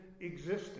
existence